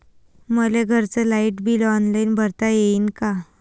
मले घरचं light bill online भरता येईन का?